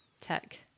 tech